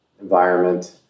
environment